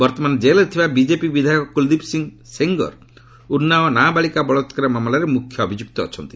ବର୍ତ୍ତମାନ କେଲ୍ରେ ଥିବା ବିଜେପି ବିଧାୟକ କୁଳଦୀପ ସିଂହ ସେଙ୍ଗର ଉନ୍ନାଓ ନାବାଳିକା ବଳାକ୍ରାର ମାମଲାରେ ମୁଖ୍ୟ ଅଭିଯୁକ୍ତ ଅଛନ୍ତି